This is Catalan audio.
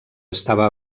estava